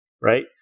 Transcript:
right